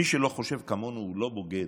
מי שלא חושב כמונו הוא לא בוגד.